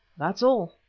that's all.